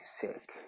sick